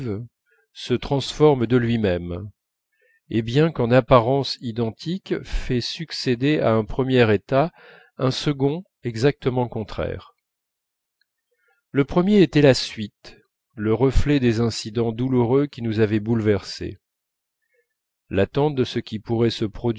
se transforme de lui-même et bien qu'en apparence identique fait succéder à un premier état un second exactement contraire le premier était la suite le reflet des incidents douloureux qui nous avaient bouleversés l'attente de ce qui pourrait se